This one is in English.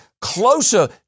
closer